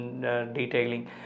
detailing